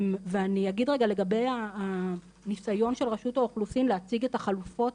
ואני אגיד רגע משהו לגבי הניסיון של רשות האוכלוסין להציג את החלופות,